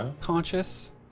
conscious